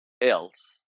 else